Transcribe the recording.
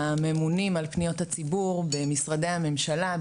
הממונים על פניות הציבור במשרדי הממשלה,